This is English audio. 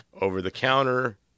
over-the-counter